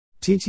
TT